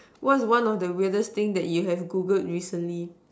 what's one of the weirdest thing you have Googled recently